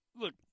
Look